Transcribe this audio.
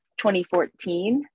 2014